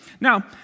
Now